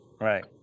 right